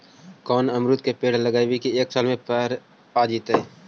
कोन अमरुद के पेड़ लगइयै कि एक साल में पर जाएं?